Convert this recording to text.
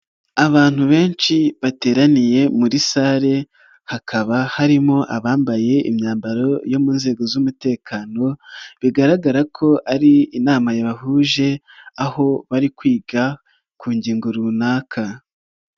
Abantu benshi bateraniye muri sale hakaba harimo abambaye imyambaro yo mu nzego z'umutekano, bigaragara ko ari inama yabahuje aho bari kwiga ku ngingo runaka.